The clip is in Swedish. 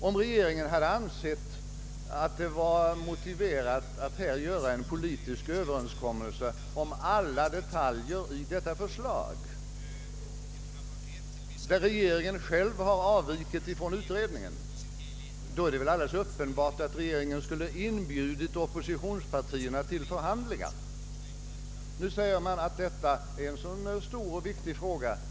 Om regeringen hade ansett att det var motiverat att träffa en politisk överenskommelse om alla detaljer i det aktueila förslaget — där regeringen själv har avvikit från utredningens tankegångar — borde regeringen väl alldeles uppenbart ha inbjudit oppositionspartierna till förhandlingar. Man hänvisar ju till att det gäller en så stor och viktig fråga.